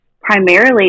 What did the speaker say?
primarily